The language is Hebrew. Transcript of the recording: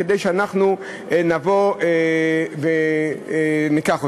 כדי שאנחנו נבוא וניקח אותו.